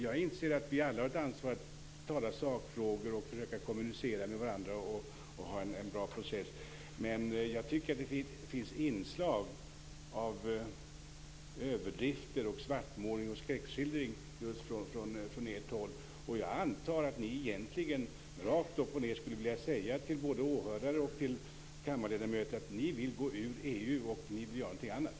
Jag inser att vi alla har ett ansvar att tala i sakfrågor och att försöka kommunicera med varandra i en bra process, men det finns inslag av överdrifter, svartmålning och skräckskildringar just från ert håll. Jag antar att ni egentligen rakt upp och ned skulle vilja säga till både åhörare och kammarledamöter att ni vill gå ur EU och vill göra någonting annat.